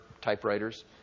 typewriters